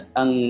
ang